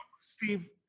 Steve